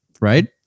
Right